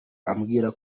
ambwira